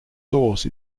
source